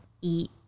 eat